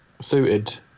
suited